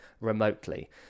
remotely